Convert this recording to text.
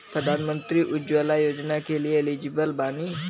प्रधानमंत्री उज्जवला योजना के लिए एलिजिबल बानी?